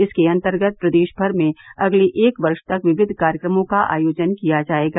इसके अंतर्गत प्रदेश भर में अगले एक वर्ष तक विविध कार्यक्रमों का आयोजन किया जाएगा